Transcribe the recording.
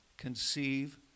conceive